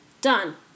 Done